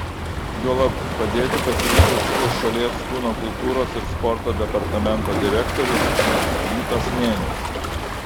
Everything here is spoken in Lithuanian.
juolab padėti pasiryžęs ir šalies kūno kultūros ir sporto departamento direktorius vytas nėnius